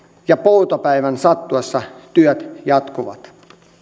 ja poutapäivän sattuessa työt jatkuvat